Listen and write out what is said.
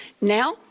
Now